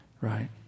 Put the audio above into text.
Right